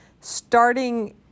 starting